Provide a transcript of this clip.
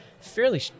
fairly